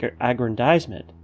aggrandizement